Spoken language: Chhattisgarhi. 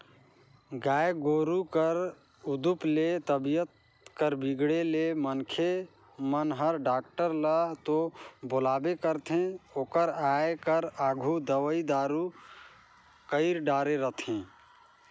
गाय गोरु कर उदुप ले तबीयत कर बिगड़े ले मनखे मन हर डॉक्टर ल तो बलाबे करथे ओकर आये कर आघु दवई दारू कईर डारे रथें